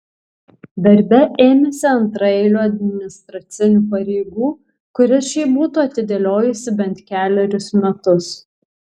darbe ėmėsi antraeilių administracinių pareigų kurias šiaip būtų atidėliojusi bent kelerius metus